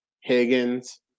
Higgins